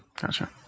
Gotcha